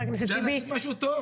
אפשר להגיד משהו טוב.